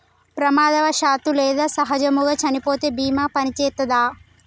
ప్రమాదవశాత్తు లేదా సహజముగా చనిపోతే బీమా పనిచేత్తదా?